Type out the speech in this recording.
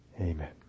Amen